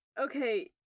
Okay